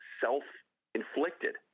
self-inflicted